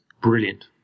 Brilliant